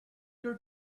her